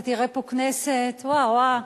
אתה תראה פה כנסת, וואו וואו.